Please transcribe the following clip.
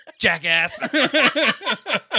jackass